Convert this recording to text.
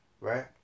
right